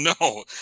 no